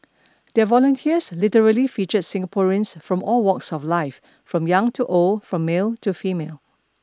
their volunteers literally featured Singaporeans from all walks of life from young to old from male to female